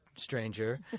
stranger